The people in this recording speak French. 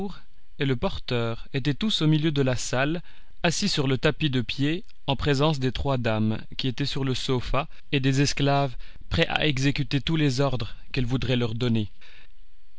et le porteur étaient tous au milieu de la salle assis sur le tapis de pied en présence des trois dames qui étaient sur le sofa et des esclaves prêts à exécuter tous les ordres qu'elles voudraient leur donner